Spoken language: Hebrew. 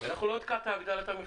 אנחנו לא נתקע את הגדלת המכסות.